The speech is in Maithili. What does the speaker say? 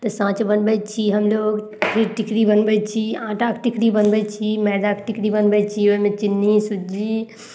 तऽ साँच बनबय छी हमलोग खीर टिकड़ी बनबय छी आटाके टिकड़ी बनबय छी मैदाके टिकड़ी बनबय छी ओइमे चिन्नी सूजी